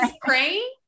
praying